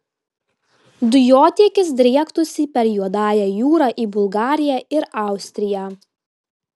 dujotiekis driektųsi per juodąją jūrą į bulgariją ir austriją